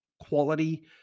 quality